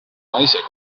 naise